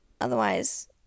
otherwise